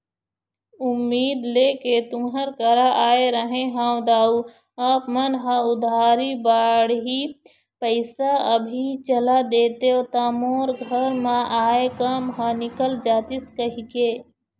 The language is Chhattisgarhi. उम्मीद लेके तुँहर करा आय रहें हँव दाऊ आप मन ह उधारी बाड़ही पइसा अभी चला देतेव त मोर घर म आय काम ह निकल जतिस कहिके